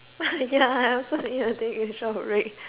ya I supposed to eat the thing in short break